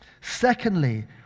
Secondly